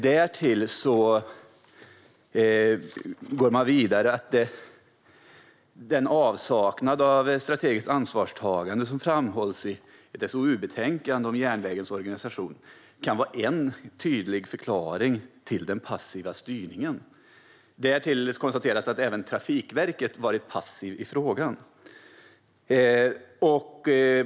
Vidare säger man: "Den avsaknad av strategiskt ansvarstagande som framhålls i SOU-betänkandet om järnvägens organisation kan vara en förklaring till den passiva styrningen." Därtill konstateras att även Trafikverket har varit passiv i frågan.